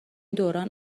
دوران